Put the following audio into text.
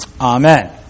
Amen